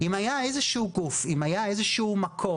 אם היה איזה שהוא גוף, אם רק היה איזה שהוא מקום.